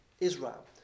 Israel